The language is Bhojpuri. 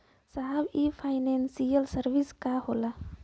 साहब इ फानेंसइयल सर्विस का होला?